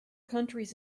countries